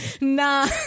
nah